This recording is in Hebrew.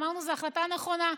אמרנו שזו החלטה נכונה,